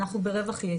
אנחנו ברווח יתר,